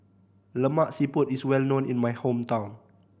Lemak Siput is well known in my hometown